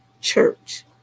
church